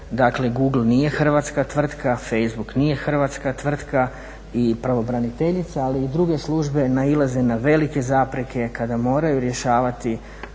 Google nije hrvatska tvrtka, Facebook nije hrvatska tvrtka i pravobraniteljica ali i druge službe nailaze na velike zapreke kada moraju rješavati